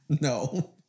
no